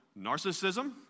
narcissism